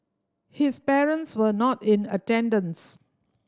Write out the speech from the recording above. his parents were not in attendance